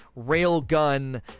railgun